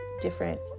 different